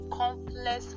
complex